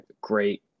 great